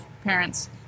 Parents